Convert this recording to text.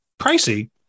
pricey